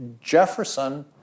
Jefferson